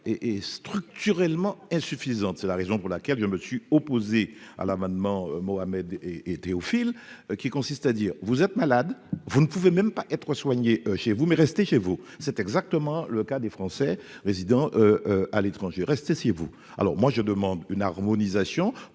et structurellement insuffisante, c'est la raison pour laquelle je me suis opposé à l'amendement Mohamed et était au fil qui consiste à dire : vous êtes malade, vous ne pouvez même pas être soigné chez vous mais restez chez vous, c'est exactement le cas des Français résidant à l'étranger, restez chez vous, alors moi je demande une harmonisation